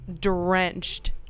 drenched